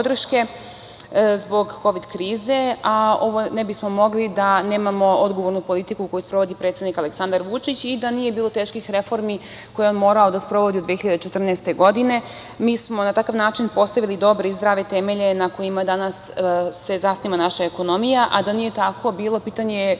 zbog Kovid krize. Ovo ne bismo mogli da nemamo odgovornu politiku koju sprovodi predsednik Aleksandar Vučić i da nije bilo teških reformi koje je morao da sprovodi 2014. godine. Mi smo na takav način postavili dobre i zdrave temelje na kojima se danas zasniva naša ekonomija. Da nije tako bilo, pitanje bi